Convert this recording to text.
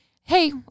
hey